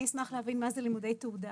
אני אשמח להבין מה זה 'לימודי תעודה'.